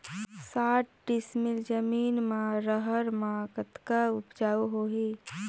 साठ डिसमिल जमीन म रहर म कतका उपजाऊ होही?